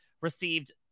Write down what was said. received